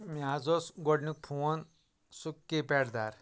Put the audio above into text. مےٚ حظ اوس گۄڈٕنیُک فون سُہ کی پیڈ دار